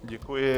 Děkuji.